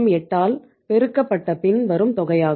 08 ஆல் பெருக்கப்பட்டபின் வரும் தொகையாகும்